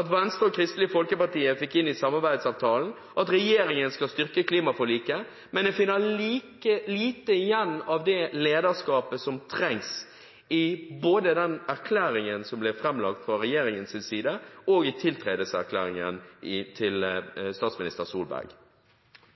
at Venstre og Kristelig Folkeparti fikk inn i samarbeidsavtalen at regjeringen skal styrke klimaforliket, men jeg finner lite igjen av det lederskapet som trengs, både i den erklæringen som ble framlagt fra regjeringens side, og i tiltredelseserklæringen til statsminister Solberg.